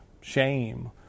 shame